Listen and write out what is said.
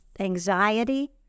anxiety